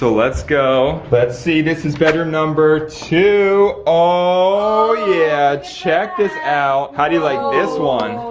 so let's go. let's see, this is bedroom number two. oh yeah, check this out. how do you like this one?